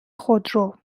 خودرو